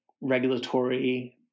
regulatory